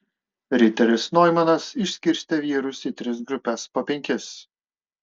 riteris noimanas išskirstė vyrus į tris grupes po penkis